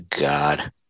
God